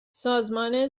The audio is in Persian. سازمان